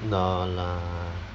no lah